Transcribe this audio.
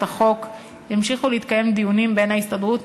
החוק המשיכו להתקיים דיונים בין ההסתדרות,